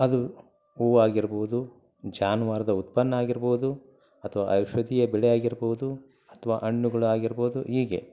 ಅದು ಹೂ ಆಗಿರ್ಬೋದು ಜಾನ್ವಾರದ್ದು ಉತ್ಪನ್ನ ಆಗಿರ್ಬೋದು ಅಥವಾ ಔಷಧೀಯ ಬೆಳೆ ಆಗಿರ್ಬೋದು ಅಥವಾ ಹಣ್ಣುಗಳು ಆಗಿರ್ಬೋದು ಹೀಗೆ